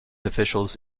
officials